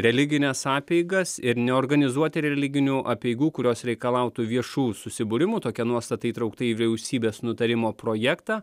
religines apeigas ir neorganizuoti religinių apeigų kurios reikalautų viešų susibūrimų tokia nuostata įtraukta į vyriausybės nutarimo projektą